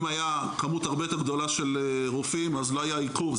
אם הייתה כמות הרבה יותר גדולה של רופאים אז לא היה עיכוב,